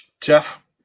jeff